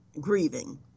grieving